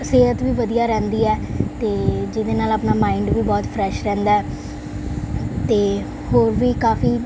ਸਿਹਤ ਵੀ ਵਧੀਆ ਰਹਿੰਦੀ ਹੈ ਅਤੇ ਜਿਹਦੇ ਨਾਲ ਆਪਣਾ ਮਾਇੰਡ ਵੀ ਬਹੁਤ ਫਰੈਸ਼ ਰਹਿੰਦਾ ਅਤੇ ਹੋਰ ਵੀ ਕਾਫੀ